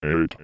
Eight